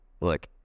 Look